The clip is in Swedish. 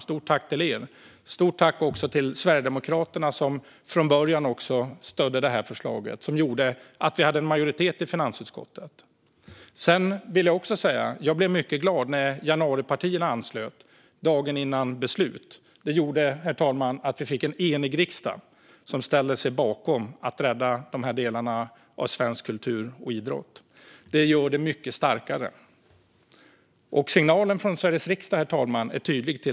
Stort tack till er! Stort tack också till Sverigedemokraterna som från början stödde det här förslaget och gjorde att vi hade en majoritet i finansutskottet. Jag vill också säga att jag blev mycket glad när januaripartierna anslöt dagen före beslut. Det gjorde, herr talman, att vi fick en enig riksdag som ställde sig bakom att rädda de här delarna av svensk kultur och idrott. Det gör detta mycket starkare. Herr talman! Signalen från Sveriges riksdag till regeringen är tydlig.